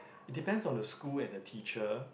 it depends on the school and the teacher